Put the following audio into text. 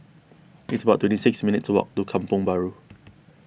it's about twenty six minutes' walk to Kampong Bahru